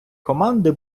команди